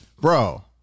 Bro